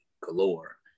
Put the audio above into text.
galore